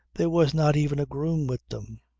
there was not even a groom with them.